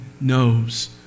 knows